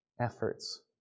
Efforts